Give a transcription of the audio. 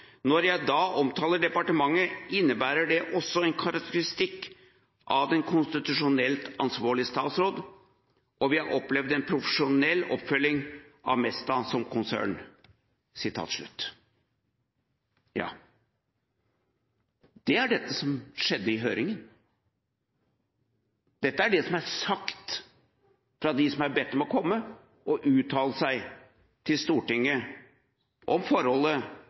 jeg da omtaler departementet, innebærer det også en karakteristikk av den konstitusjonelt ansvarlige statsråd, og vi har opplevd en profesjonell oppfølging av Mesta som konsern.» Dette er det som skjedde i høringen. Dette er det som er sagt av dem som er bedt om å komme og uttale seg til Stortinget om forholdet